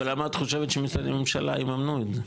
אבל למה את חושבת שמשרדי ממשלה יממנו את זה?